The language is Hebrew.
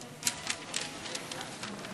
סעיפים 1